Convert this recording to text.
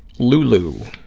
lulu,